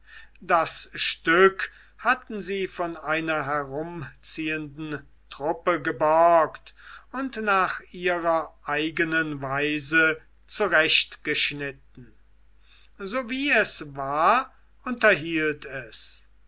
das stück hatten sie von einer herumziehenden truppe geborgt und nach ihrer eigenen weise zurechtgeschnitten so wie es war unterhielt es